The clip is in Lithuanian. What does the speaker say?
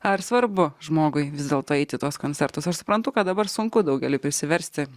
ar svarbu žmogui vis dėlto eit į tuos koncertus aš suprantu kad dabar sunku daugeliui prisiversti